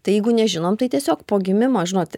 tai jeigu nežinom tai tiesiog po gimimo žinot